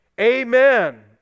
Amen